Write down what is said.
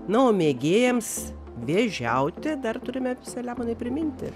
na o mėgėjams vėžiauti dar turime selemonai priminti